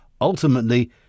ultimately